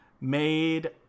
made